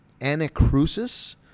Anacrusis